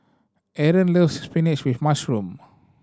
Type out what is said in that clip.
Aron loves spinach with mushroom